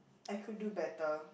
I could do better